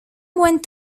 went